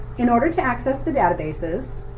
in order to access the databases,